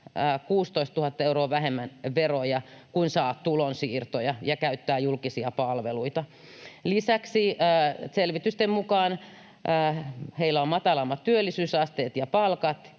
16 000 euroa vähemmän veroja kuin saavat tulonsiirtoja ja käyttävät julkisia palveluita. Lisäksi selvitysten mukaan heillä on matalammat työllisyysasteet ja palkat